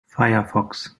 firefox